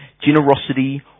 Generosity